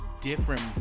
different